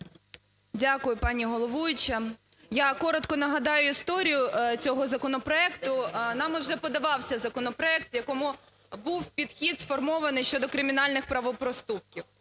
Дякую, пані головуюча. Я коротко нагадаю історію цього законопроекту. Нами вже подавався законопроект, в якому був підхід сформований щодо кримінальних правопроступків.